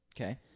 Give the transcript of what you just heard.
Okay